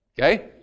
Okay